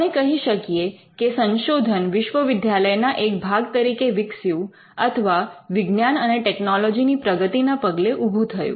આપણે કહી શકીએ કે સંશોધન વિશ્વવિદ્યાલયના એક ભાગ તરીકે વિકસ્યું અથવા વિજ્ઞાન અને ટેકનોલોજીની પ્રગતિ ના પગલે ઊભું થયું